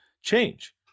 change